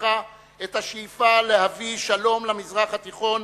את השאיפה להביא שלום למזרח התיכון,